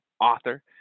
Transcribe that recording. author